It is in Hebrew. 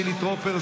חילי טרופר,